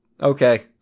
Okay